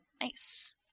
Nice